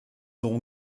auront